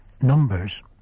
numbers